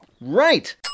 Right